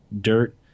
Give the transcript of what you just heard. dirt